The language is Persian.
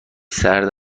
سرد